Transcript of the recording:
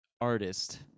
artist